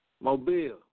Mobile